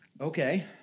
Okay